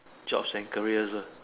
jobs and careers lah